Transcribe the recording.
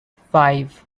five